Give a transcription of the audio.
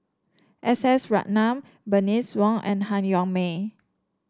S S Ratnam Bernice Wong and Han Yong May